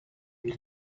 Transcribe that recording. who